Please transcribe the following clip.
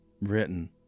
written